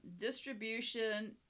distribution